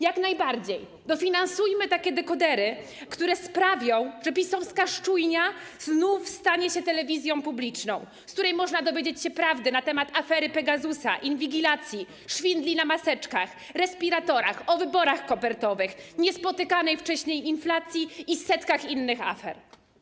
Jak najbardziej, dofinansujmy takie dekodery, które sprawią, że PiS-owska szczujnia znów stanie się telewizją publiczną, z której można dowiedzieć się prawdy na temat afery Pegasusa, inwigilacji, szwindli na maseczkach, respiratorach, o wyborach kopertowych, niespotykanej wcześniej inflacji i setkach innych afer.